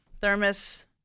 thermos